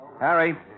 Harry